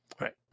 Right